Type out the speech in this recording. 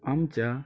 आमच्या